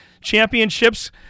championships